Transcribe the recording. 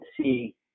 see